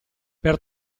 per